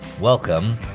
Welcome